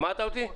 שמעת אותי?